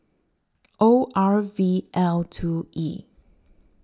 O R V L two E